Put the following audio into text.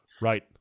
Right